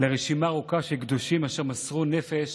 לרשימה ארוכה של קדושים שמסרו נפש